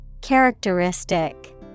Characteristic